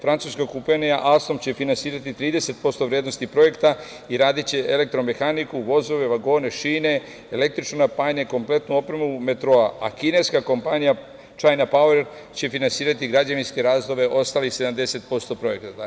Francuska kompanija „Astom“ će finansirati 30% vrednosti projekta i radiće elektro-mehaniku, vozove, vagone, šine, električno napajanje, kompletnu opremu metroa, a kineska kompanija „Čajna pauer“ će finansirati građevinske radove, ostalih 70% projekata.